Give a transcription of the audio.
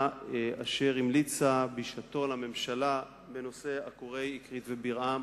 אשר המליצה בשעתה לממשלה בנושא עקורי אקרית ובירעם,